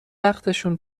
وقتشون